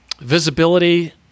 visibility